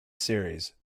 series